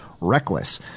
reckless